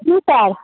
जी सार